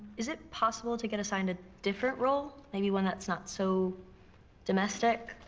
is it possible to get assigned a different role? maybe one that's not so domestic?